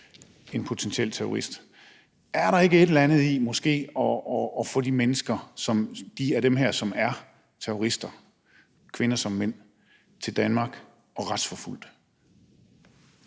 en potentiel terrorist. Er der ikke et eller andet, der taler for måske at få dem, som er terrorister – kvinder som mænd – til Danmark og få dem retsforfulgt?